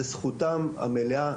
זו זכותם המלאה.